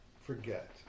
forget